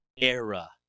era